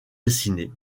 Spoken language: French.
dessinées